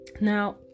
now